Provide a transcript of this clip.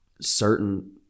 certain